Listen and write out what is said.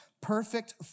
perfect